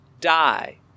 die